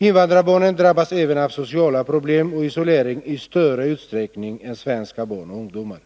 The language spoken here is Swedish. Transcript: Invandrarbarnen drabbas även av sociala problem och isolering i större utsträckning än svenska barn och ungdomar.